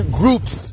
groups